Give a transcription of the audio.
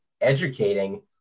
educating